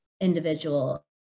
individual